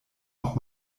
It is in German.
auch